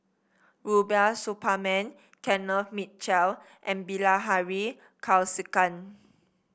Rubiah Suparman Kenneth Mitchell and Bilahari Kausikan